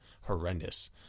horrendous